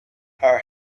her